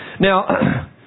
Now